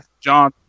John